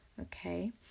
okay